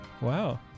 Wow